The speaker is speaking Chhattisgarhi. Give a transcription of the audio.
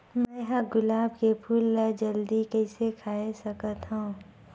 मैं ह गुलाब के फूल ला जल्दी कइसे खवाय सकथ हवे?